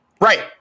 Right